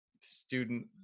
student